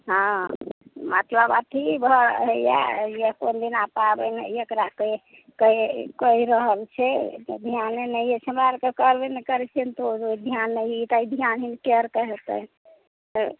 हँ मतलब अथी भऽ होइए कोन दिना पाबनि होइए एकरा कहि कहि कहि रहल छै ध्याने नहि अछि हमरा आओरके करबे नहि करैत छियनि तऽ ध्यान नहि हिनके आओरके हेतनि आँय